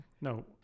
No